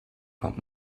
kommt